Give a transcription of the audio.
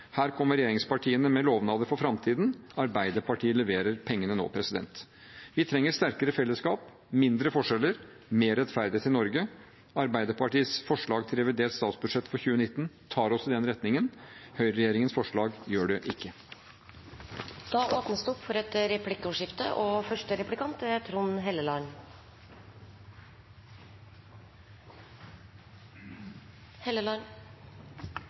Her kommer regjeringspartiene med lovnader for framtiden. Arbeiderpartiet leverer pengene nå. Vi trenger sterkere fellesskap, mindre forskjeller og mer rettferdighet i Norge. Arbeiderpartiets forslag til revidert statsbudsjett for 2019 tar oss i den retningen. Høyreregjeringens forslag gjør det ikke. Det blir replikkordskifte. Jeg skjønner at representanten Støre er